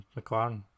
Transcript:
McLaren